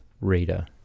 reader